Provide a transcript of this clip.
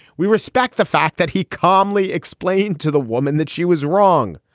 we respect the fact that he calmly explained to the woman that she was wrong.